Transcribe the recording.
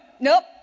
nope